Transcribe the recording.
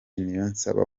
niyonsaba